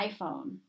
iPhone